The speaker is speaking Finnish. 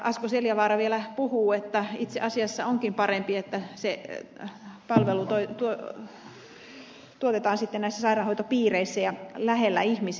asko seljavaara vielä puhuu että itse asiassa onkin parempi että se palvelu tuotetaan sitten näissä sairaanhoitopiireissä ja lähellä ihmisiä